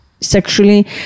sexually